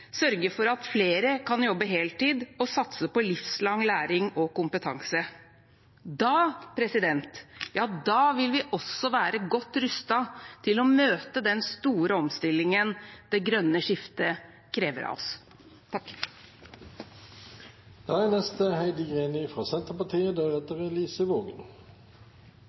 sørge for at flere kan jobbe heltid og satse på livslang læring og kompetanse. Da vil vi også være godt rustet til å møte den store omstillingen det grønne skiftet krever av oss. Regjeringens arbeid med å gjenopprette selvstendige domstoler etter Solberg-regjeringens domstolreform er